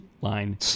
line